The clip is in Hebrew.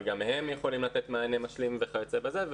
אבל גם הם יכולים לתת מענה משלים וכיוצא בזה.